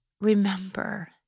remember